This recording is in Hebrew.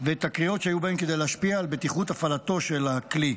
ותקריות שהיה בהן כדי להשפיע על בטיחות הפעלתו של הכלי.